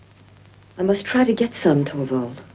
i must try to get some, torvald.